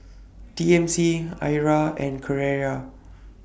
T M C Arai and Carrera